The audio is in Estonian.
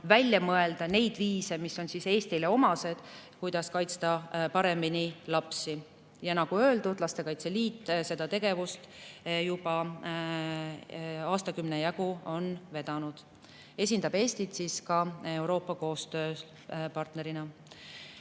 välja mõelda neid viise, mis on Eestile omased, kuidas kaitsta paremini lapsi. Ja nagu öeldud, Lastekaitse Liit on seda tegevust juba aastakümne jagu vedanud ning esindab Eestit Euroopas koostööpartnerina.